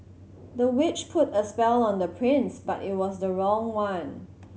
the witch put a spell on the prince but it was the wrong one